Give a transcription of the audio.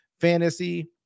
Fantasy